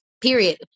period